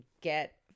get